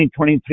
2023